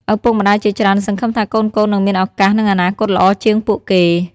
ឪពុកម្តាយជាច្រើនសង្ឃឹមថាកូនៗនឹងមានឱកាស និងអនាគតល្អជាងពួកគេ។